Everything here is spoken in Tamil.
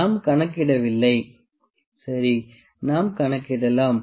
நாம் கணக்கிடவில்லை சரி நாம் கணக்கிடலாம்